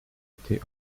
été